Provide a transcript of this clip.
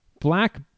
Black